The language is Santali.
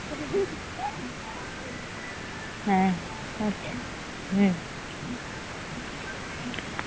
ᱦᱮᱸ ᱟᱪᱪᱷᱟ ᱦᱩᱸ